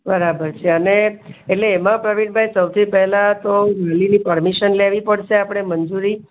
બરાબર છે અને એટલે એમા પ્રવીણભાઈ સૌથી પહેલાં તો વાલીની પરમિશન લેવી પડશે આપણે મંજૂરી